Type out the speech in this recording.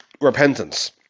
repentance